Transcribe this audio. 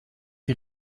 die